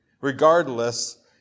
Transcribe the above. Regardless